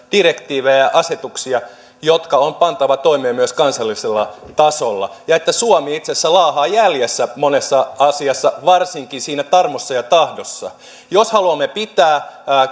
direktiivejä ja asetuksia jotka on pantava toimeen myös kansallisella tasolla ja että suomi itse asiassa laahaa jäljessä monessa asiassa varsinkin siinä tarmossa ja tahdossa jos haluamme pitää